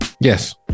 Yes